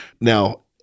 Now